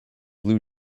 blue